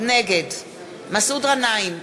נגד מסעוד גנאים,